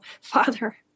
Father